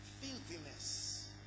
filthiness